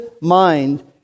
mind